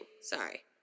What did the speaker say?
sorry